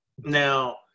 now